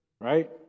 right